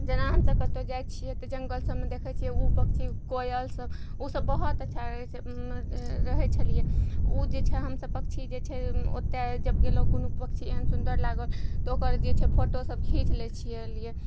जेना हमसब कतहु जाइ छियै तऽ जङ्गल सबमे देखय छियै ऊ पक्षी कोयल सब ऊ सब बहुत अच्छा रहय छै रहय छलियै उ जे छै हमसब पक्षी जे छै ओतय जब गेलौ कोनो पक्षी एहन सुन्दर लागल तऽ ओकर जे छै फोटो सब खीच लै छियै लिए